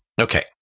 Okay